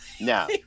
No